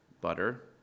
butter